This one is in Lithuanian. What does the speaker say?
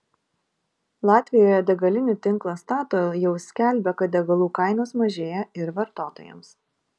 latvijoje degalinių tinklas statoil jau skelbia kad degalų kainos mažėja ir vartotojams